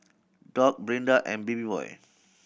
Doug Brinda and Babyboy